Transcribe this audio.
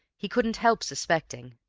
he couldn't help suspecting.